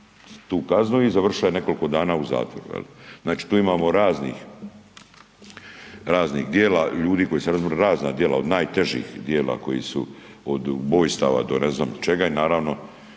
tu kazni i završila je nekoliko dana u zatvoru. Znači tu imamo raznih djela, ljudi koji … razna djela od najtežih djela koja su od ubojstava do ne znam ni čega i naravno